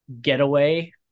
getaway